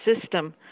system